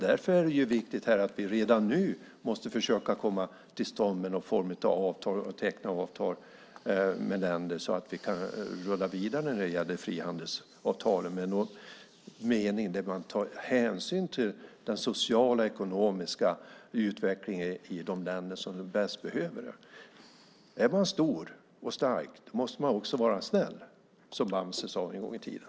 Därför är det viktigt att vi redan nu måste komma till stånd med någon form av avtal och teckna avtal med länder så att vi kan rulla vidare frihandelsavtal med någon mening, där man tar hänsyn till den sociala och ekonomiska utvecklingen i de länder som bäst behöver det. Är man stor och stark måste man också vara snäll, som Bamse sade en gång i tiden.